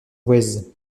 voueize